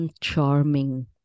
charming